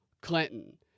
Clinton